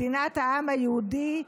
מדינת העם היהודי,